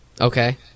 Okay